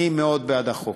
אני מאוד בעד החוק.